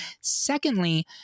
Secondly